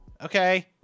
okay